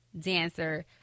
dancer